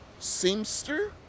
seamster